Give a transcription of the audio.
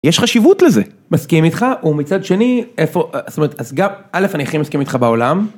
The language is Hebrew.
יש חשיבות לזה. מסכים איתך ומצד שני איפה זאת אומרת, אז גם. א', אני הכי מסכים איתך בעולם.